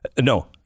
no